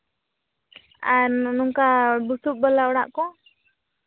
ᱟᱨ ᱱᱚᱝᱠᱟ ᱵᱩᱥᱩᱵ ᱵᱟᱞᱟ ᱚᱲᱟᱜ ᱠᱚ